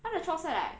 它的 trial set like